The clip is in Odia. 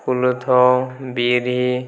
କୋଲଥ ବିରି